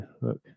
Look